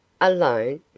Alone